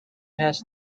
has